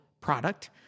product